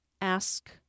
ask